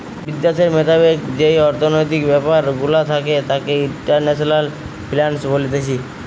বিদ্যাশের মোতাবেক যেই অর্থনৈতিক ব্যাপার গুলা থাকে তাকে ইন্টারন্যাশনাল ফিন্যান্স বলতিছে